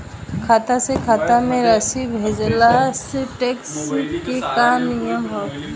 खाता से खाता में राशि भेजला से टेक्स के का नियम ह?